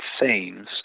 themes